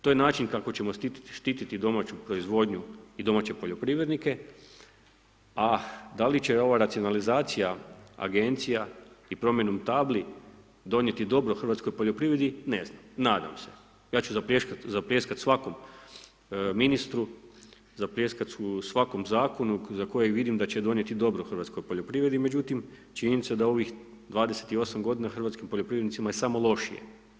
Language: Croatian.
To je način kako ćemo štititi domaću proizvodnju i domaće poljoprivrednike, a da li će ova racionalizacija agencija i promjenom tabli donijeti dobro hrvatskoj poljoprivredi, ne znam, nadam se, ja ću zapljeskat svakom ministru, zapljeskat ću svakom zakonu za kojeg vidim da će donijeti dobro hrvatskoj poljoprivredni, međutim činjenica da ovih 28 godina hrvatskim poljoprivrednicima je samo lošije.